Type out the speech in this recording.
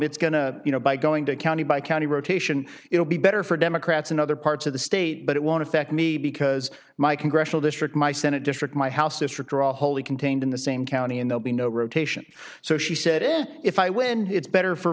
it's going to you know by going to county by county rotation it will be better for democrats in other parts of the state but it won't affect me because my congressional district my senate district my house or draw wholly contained in the same county and they'll be no rotation so she said if i win it's better for